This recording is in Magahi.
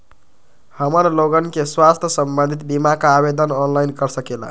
हमन लोगन के स्वास्थ्य संबंधित बिमा का आवेदन ऑनलाइन कर सकेला?